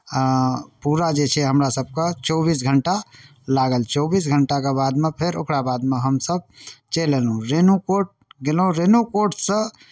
पूरा जे छै हमरा सभकेँ चौबीस घण्टा लागल चौबीस घण्टाके बादमे फेर ओकरा बादमे हमसभ चलि अयलहुँ रेणुकूट गेलहुँ रेणुकूटसँ